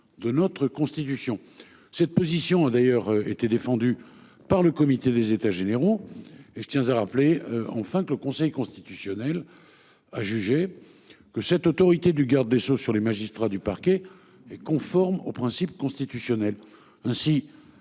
de notre constitution. Cette position a d'ailleurs été défendu par le comité des états généraux. Et je tiens à rappeler enfin que le Conseil constitutionnel. A jugé que cette autorité du garde des Sceaux sur les magistrats du parquet est conforme aux principes constitutionnels